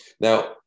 now